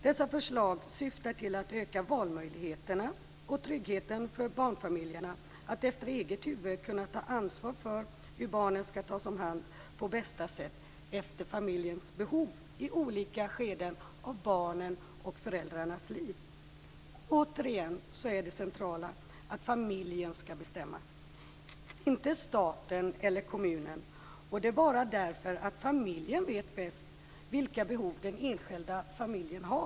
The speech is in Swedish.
Dessa förslag syftar till att öka valmöjligheterna och tryggheten för barnfamiljerna att efter eget huvud kunna ta ansvar för hur barnen skall tas om hand på bästa sätt efter familjens behov i olika skeden av barnens och föräldrarnas liv. Återigen är det centrala att familjen skall bestämma, inte staten eller kommunen. Det är bara därför att familjen vet bäst vilka behov den enskilda familjen har.